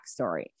backstory